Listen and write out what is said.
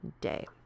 day